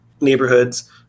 neighborhoods